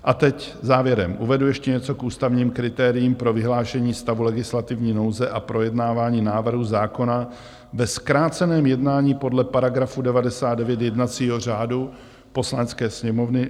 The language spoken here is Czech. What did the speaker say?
A teď závěrem uvedu ještě něco k ústavním kritériím pro vyhlášení stavu legislativní nouze a projednávání návrhu zákona ve zkráceném jednání podle § 99 jednacího řádu Poslanecké sněmovny.